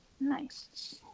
Nice